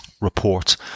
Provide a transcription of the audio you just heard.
report